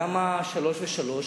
למה שלוש ושלוש,